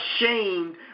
ashamed